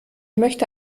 möchte